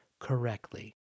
Correctly